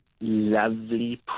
lovely